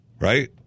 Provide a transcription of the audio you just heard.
Right